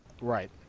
right